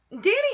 Danny